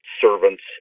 servants